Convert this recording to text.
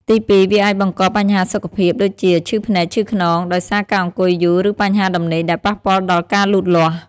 ទីពីរ វាអាចបង្ក បញ្ហាសុខភាព ដូចជា ឈឺភ្នែក ឈឺខ្នង ដោយសារការអង្គុយយូរ ឬបញ្ហាដំណេកដែលប៉ះពាល់ដល់ការលូតលាស់។